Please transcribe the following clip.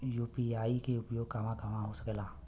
UPI के उपयोग कहवा कहवा हो सकेला?